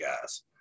guys